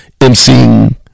MC